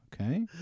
Okay